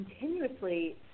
continuously